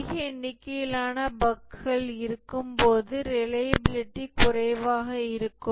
அதிக எண்ணிக்கையிலான பஃக்கள் இருக்கும்போது ரிலையபிலிடி குறைவாக இருக்கும்